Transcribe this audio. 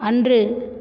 அன்று